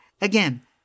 Again